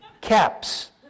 Caps